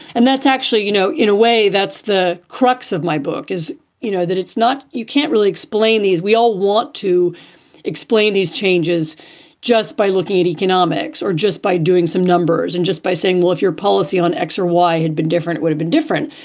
and that's actually, you know, in a way that's the crux of my book, is you know that that it's not you can't really explain these. we all want to explain these changes just by looking at economics or just by doing some numbers and just by saying, well, if your policy on x or y had been different, would have been different.